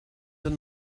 than